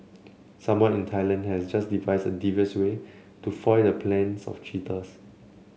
someone in Thailand has just devised a devious way to foil the plans of cheaters